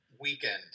weekend